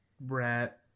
brat